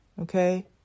Okay